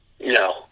No